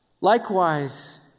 Likewise